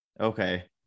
Okay